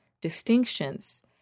distinctions